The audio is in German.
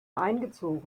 eingezogen